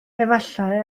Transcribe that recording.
efallai